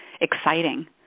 exciting